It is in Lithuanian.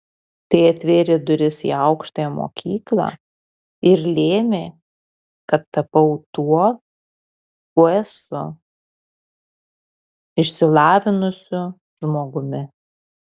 tai atvėrė duris į aukštąją mokyklą ir lėmė kad tapau tuo kuo esu išsilavinusiu žmogumi